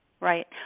Right